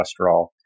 cholesterol